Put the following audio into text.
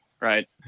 Right